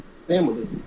Family